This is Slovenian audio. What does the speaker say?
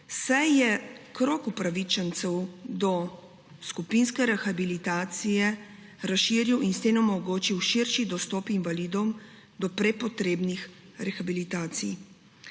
odboru krog upravičencev do skupinske rehabilitacije razširil in s tem omogočil širši dostop invalidom do prepotrebnih rehabilitacij.